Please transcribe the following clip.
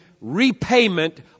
repayment